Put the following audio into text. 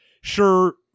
sure